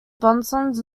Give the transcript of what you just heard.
bosons